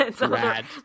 Rad